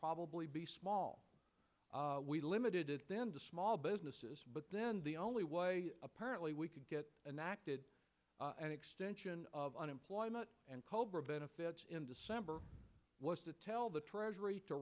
probably be small we limited them to small businesses but then the only way apparently we could get an acted and extension of unemployment and cobra benefits in december was to tell the treasury to